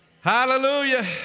Hallelujah